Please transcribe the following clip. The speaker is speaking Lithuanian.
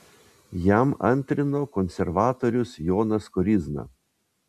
jam antrino konservatorius jonas koryzna